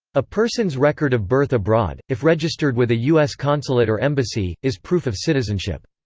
a person's record of birth abroad, if registered with a u s. consulate or embassy, is proof of citizenship.